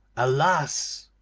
alas!